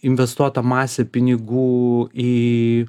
investuota masė pinigų į